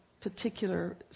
particular